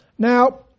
Now